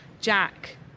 Jack